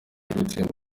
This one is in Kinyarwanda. gutsemba